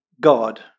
God